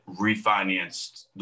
refinanced